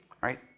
right